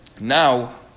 Now